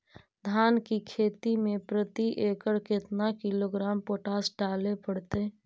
धान की खेती में प्रति एकड़ केतना किलोग्राम पोटास डाले पड़तई?